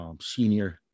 senior